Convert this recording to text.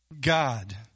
God